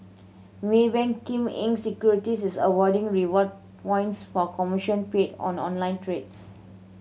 Maybank Kim Eng Securities is awarding reward points for commission paid on online trades